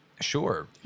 Sure